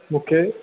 मूंखे